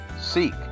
seek